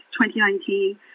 2019